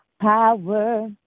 power